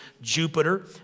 Jupiter